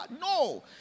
No